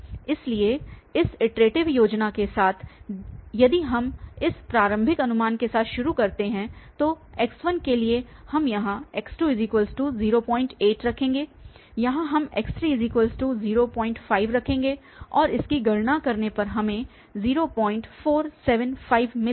इसलिए इस इटरेटिव योजना के साथ यदि हम इस प्रारंभिक अनुमान के साथ शुरू करते हैं तो x1 के लिए हम यहां x208 रखेंगे यहाँ हम x305 रखेंगे और इसकी गणना करने पर हमें 0475 मिलेगा